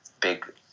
big